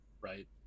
Right